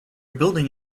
building